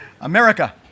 America